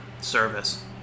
service